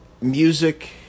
music